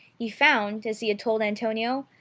he found, as he had told antonio,